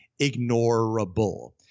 ignorable